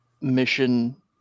mission